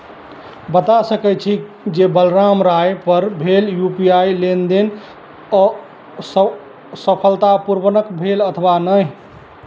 बता सकै छी जे बलराम रायपर भेल यू पी आइ लेनदेन अ स सफलतापूर्वक भेल अथवा नहि